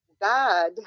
God